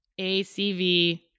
ACV